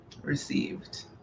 received